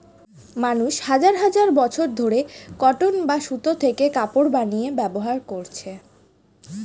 মানুষ হাজার হাজার বছর ধরে কটন বা সুতো থেকে কাপড় বানিয়ে ব্যবহার করছে